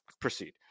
Proceed